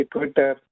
Twitter